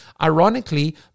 ironically